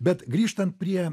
bet grįžtant prie